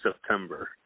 September